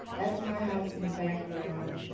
that's my house in the background.